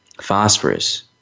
phosphorus